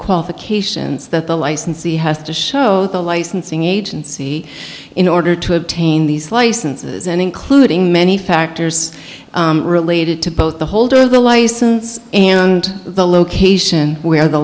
qualifications that the licensee has to show the licensing agency in order to obtain these licenses and including many factors related to both the holder of the license and the location where the